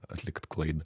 atlikt klaidą